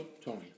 Tony